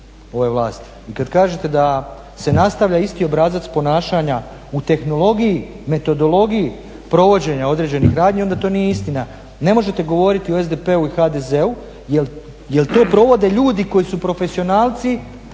Kad kažete da se nastavlja isti obrazac ponašanja u tehnologiji, metodologiji provođenja određenih radnji onda to nije istina. Ne možete govoriti o SDP-u i HDZ-u jer to provode ljudi koji su profesionalci,